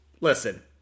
Listen